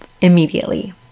immediately